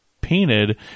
painted